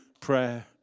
prayer